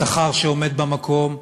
השכר שעומד במקום,